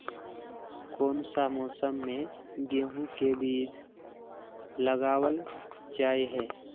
कोन सा मौसम में गेंहू के बीज लगावल जाय है